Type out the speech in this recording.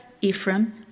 Ephraim